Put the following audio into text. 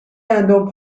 گندم